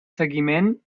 seguiment